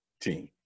team